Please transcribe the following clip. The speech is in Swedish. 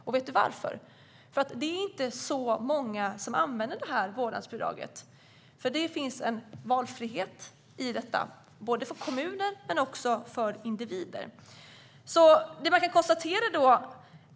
Och vet du varför, Fredrik Lundh Sammeli? Jo, för att det inte är så många som använder vårdnadsbidraget. Det finns en valfrihet i detta, både för kommunerna och för individerna.